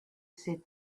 said